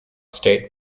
state